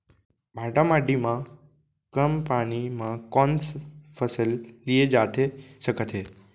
भांठा माटी मा कम पानी मा कौन फसल लिए जाथे सकत हे?